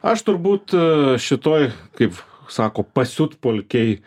aš turbūt šitoj kaip sako pasiutpolkėj